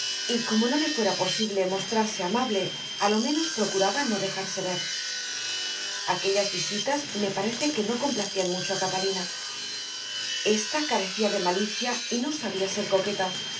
y como no le fuera posible mostrarse amable a lo menos procuraba no dejarse ver aquellas visitas me parece que no complacían mucho a catalina esta carecía de malicia y no sabía ser coqueta